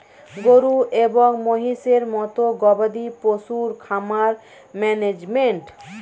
গরু এবং মহিষের মতো গবাদি পশুর খামার ম্যানেজমেন্ট